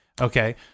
Okay